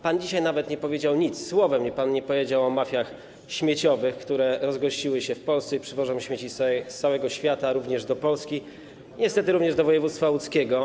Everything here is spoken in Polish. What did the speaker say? Pan dzisiaj nie powiedział nic, słowa pan nie powiedział o mafiach śmieciowych, które rozgościły się w Polsce i przywożą śmieci z całego świata do Polski, niestety również do województwa łódzkiego.